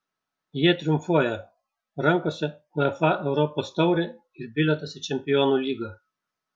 jie triumfuoja rankose uefa europos taurė ir bilietas į čempionų lygą